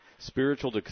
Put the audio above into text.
Spiritual